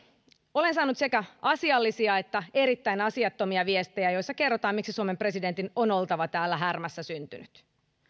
olen saanut sekä asiallisia että erittäin asiattomia viestejä joissa kerrotaan miksi suomen presidentin on oltava täällä härmässä syntynyt